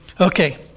okay